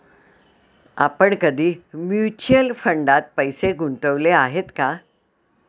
आपण कधी म्युच्युअल फंडात पैसे गुंतवले आहेत का?